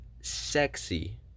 sexy